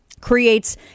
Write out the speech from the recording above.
creates